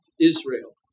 Israel